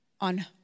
on